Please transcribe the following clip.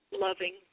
loving